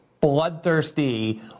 bloodthirsty